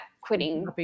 quitting